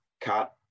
cut